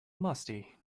musty